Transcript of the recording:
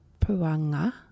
Puanga